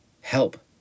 help